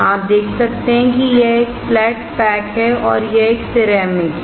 आप देख सकते हैं कि यह फ्लैट पैक है और यह सिरेमिक है